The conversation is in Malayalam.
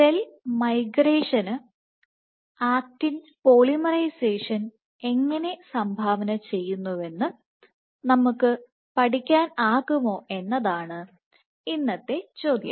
സെൽ മൈഗ്രേഷന് ആക്റ്റിൻ പോളിമറൈസേഷൻ എങ്ങനെ സംഭാവന ചെയ്യുന്നുവെന്ന് നമുക്ക് പഠിക്കാനാകുമോ എന്നതാണ് ഇന്നത്തെ ചോദ്യം